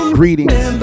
greetings